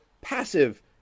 passive